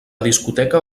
discoteca